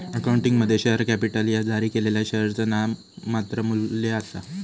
अकाउंटिंगमध्ये, share capital ह्या जारी केलेल्या शेअरचा नाममात्र मू्ल्य आसा